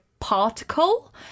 particle